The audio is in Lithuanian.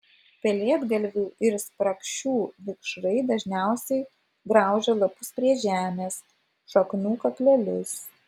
pelėdgalvių ir sprakšių vikšrai dažniausiai graužia lapus prie žemės šaknų kaklelius